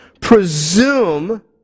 presume